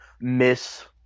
miss